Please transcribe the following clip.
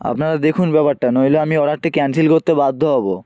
আপনারা দেখুন ব্যাপারটা নইলে আমি অর্ডারটি ক্যান্সিল করতে বাধ্য হবো